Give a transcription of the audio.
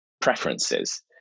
preferences